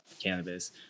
cannabis